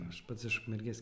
aš pats iš ukmergės